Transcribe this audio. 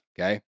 okay